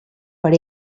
per